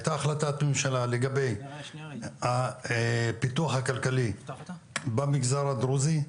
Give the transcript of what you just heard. הייתה החלטת ממשלה לגבי הפיתוח הכלכלי במגזר הדרוזי,